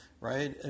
right